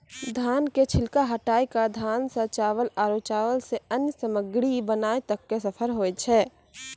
धान के छिलका हटाय कॅ धान सॅ चावल आरो चावल सॅ अन्य सामग्री बनाय तक के सफर होय छै